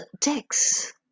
text